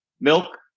milk